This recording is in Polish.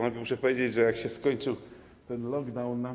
Muszę powiedzieć, że jak się skończył ten lockdown.